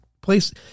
place